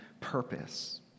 purpose